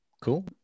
cool